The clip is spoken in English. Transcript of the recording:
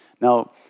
Now